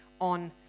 on